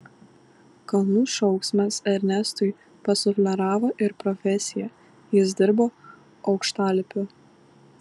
kalnų šauksmas ernestui pasufleravo ir profesiją jis dirbo aukštalipiu